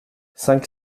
cinq